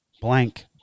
blank